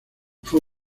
fue